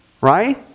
Right